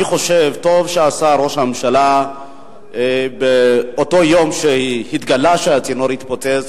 אני חושב שטוב עשה ראש הממשלה באותו היום שהתגלה שהצינור התפוצץ.